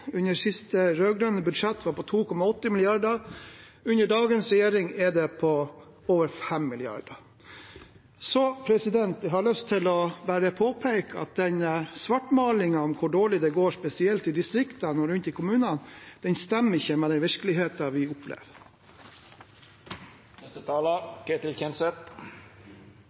under siste rød-grønne budsjett var på 2,8 mrd. kr, under dagens regjering er den på over 5 mrd. kr. Jeg har bare lyst til å påpeke at denne svartmalingen – hvor dårlig det går spesielt i distriktene og rundt i kommunene – stemmer ikke med den virkeligheten vi opplever.